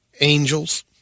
Angels